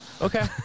Okay